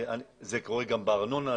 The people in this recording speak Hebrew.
זה קורה גם בארנונה.